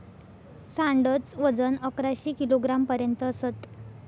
सांड च वजन अकराशे किलोग्राम पर्यंत असत